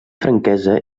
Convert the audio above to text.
franquesa